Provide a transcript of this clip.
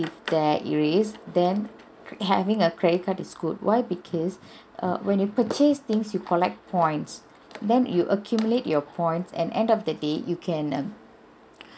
if there erase then having a credit card is good why because err when you purchase things you collect points then you accumulate your points at end of the day you can um